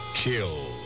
kill